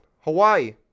Hawaii